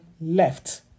left